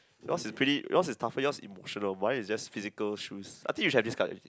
yours is pretty yours is tougher yours emotional mine is just physical shoes I think you should have this card